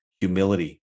humility